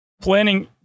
planning